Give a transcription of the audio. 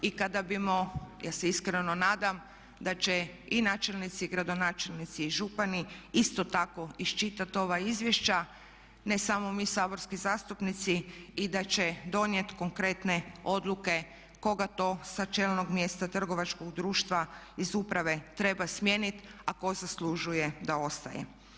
I kada bimo ja se iskreno nadam da će i načelnici i gradonačelnici i župani isto tako iščitat ova izvješća ne samo mi saborski zastupnici i da će donijet konkretne odluke koga to sa čelnog mjesta trgovačkog društva iz uprave treba smijenit, a tko zaslužuje da ostaje.